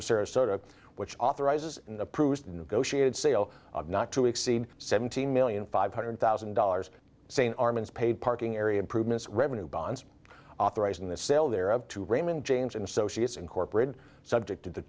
of sarasota which authorizes in the proust negotiated sale of not to exceed seventeen million five hundred thousand dollars saying armin's paid parking area improvements revenue bonds authorizing the sale there of to raymond james and associates incorporated subject to